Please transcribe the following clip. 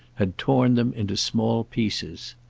had torn them into small pieces.